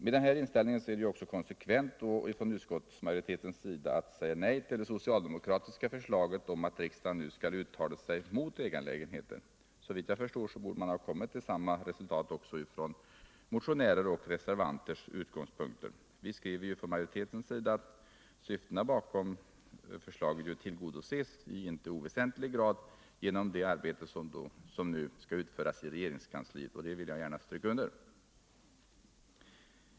Med den här inställningen är det ju också konzekvent från utskottsmajoritetens sida att säga nej till det socialdemokratiska förslaget om att riksdagen nu skall uttala sig mot ägarlägenheter. Såvitt jag förstår borde man ha kommit fram till samma resultat också från motionärens och reservanternas utgångspunkter. Vi skriver ju från majoritetens sida att syftena bakom förslaget tillgodoses ”i inte oväsentlig grad” genom arbetet i regeringskansliet. Det vill Jag gärna stryka under.